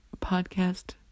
podcast